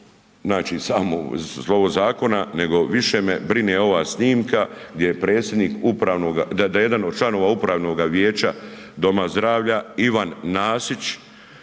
znači samo slovo zakona, nego više me brine ova snimka gdje je predsjednik upravnoga, da jedan od članova upravnoga vijeća doma zdravlja Ivan Nasić